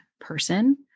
person